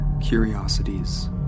curiosities